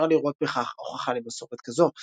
ואפשר לראות בכך הוכחה למסורת כזו.